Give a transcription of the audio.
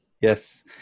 Yes